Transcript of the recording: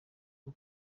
bwo